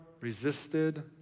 resisted